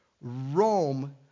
Rome